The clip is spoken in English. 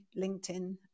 LinkedIn